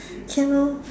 can lor